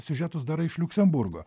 siužetus darai iš liuksemburgo